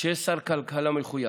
כשיש שר כלכלה מחויב,